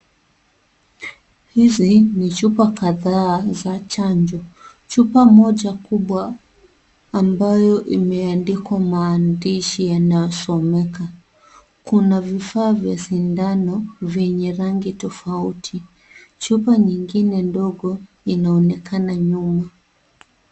Hizi ni chupa kadhaa za chanjo. Chupa moja kubwa ambayo imeandikwa maandishi yanayosomeka. Kuna vifaa vya sindano vyenye rangi tofauti. Chupa nyingine ndogo inaonekana nyuma.